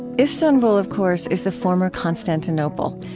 istanbul, of course, is the former constantinople,